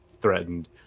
threatened